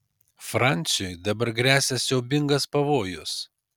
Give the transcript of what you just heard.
fransiui dabar gresia siaubingas pavojus